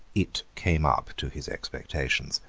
it came up to his expectations.